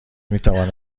میتواند